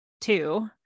two